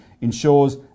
ensures